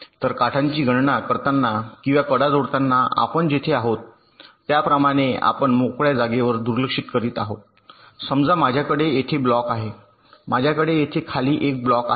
तर काठाची गणना करताना किंवा कडा जोडताना आपण जेथे आहोत त्याप्रमाणे आपण मोकळ्या जागेकडे दुर्लक्ष करीत आहोत समजा माझ्याकडे येथे ब्लॉक आहे माझ्याकडे येथे खाली एक ब्लॉक आहे